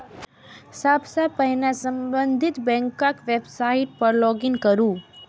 सबसं पहिने संबंधित बैंकक वेबसाइट पर लॉग इन करू